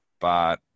But-